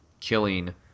killing